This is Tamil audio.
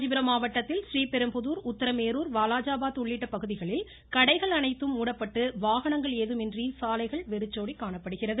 காஞ்சிபுரம் மாவட்டத்தில் ஸீபெரும்புதூர் உத்திரமேரூர் வாலாஜாபாத் உள்ளிட்ட பகுதிகளில் கடகைள் அனைத்தும் மூடப்பட்டு வாகனங்கள் ஏதுமின்றி சாலைகள் வெறிச்சோடி காணப்படுகிறது